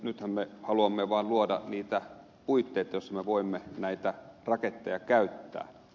nythän me haluamme vaan luoda niitä puitteita joissa me voimme näitä raketteja käyttää